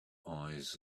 eyes